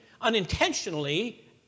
unintentionally